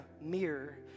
mirror